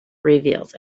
reveals